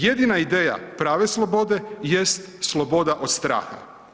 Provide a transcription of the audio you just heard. Jedina ideja prave slobode jest sloboda od straha.